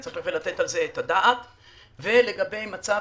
וגם לגבי מצב